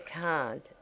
card